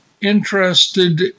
interested